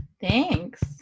Thanks